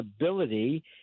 ability